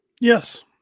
Yes